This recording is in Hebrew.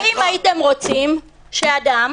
האם הייתם רוצים שאדם